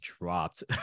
dropped